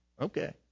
okay